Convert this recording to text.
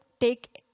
take